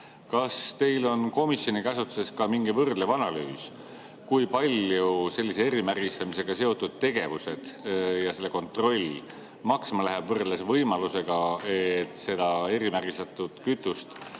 Kas teil on komisjoni käsutuses ka mingi võrdlev analüüs, kui palju sellise erimärgistamisega seotud tegevus ja selle kontroll maksma läheb võrreldes võimalusega, et seda erimärgistatud kütust